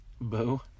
Boo